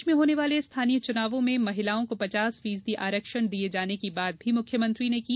प्रदेश में होने वाले स्थानीय चुनावों में महिलाओं को पचास फीसदी आरक्षण दिये जाने की बात भी मुख्यमंत्री ने कही